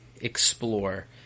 explore